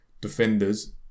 defenders